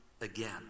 again